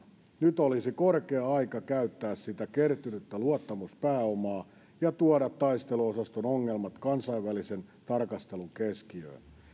nyt olisi korkea aika käyttää sitä kertynyttä luottamuspääomaa ja tuoda taisteluosaston ongelmat kansainvälisen tarkastelun keskiöön ei